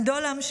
אנדועלם,